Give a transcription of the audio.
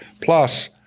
Plus